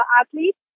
athletes